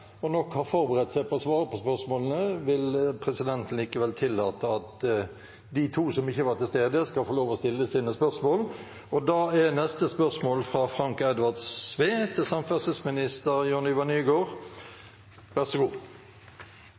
og nok har forberedt seg på å svare på spørsmålene, vil presidenten likevel tillate at de to som ikke var til stede, skal få lov til å stille sine spørsmål. Da er neste spørsmål fra Frank Edvard Sve til samferdselsminister Jon-Ivar Nygård. Vær så god.